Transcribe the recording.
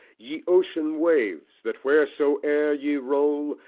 ye ocean-waves! that wheresoe'er ye roll,